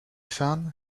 sun